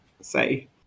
say